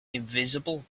invisible